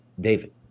David